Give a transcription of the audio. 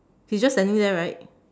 he's just standing there right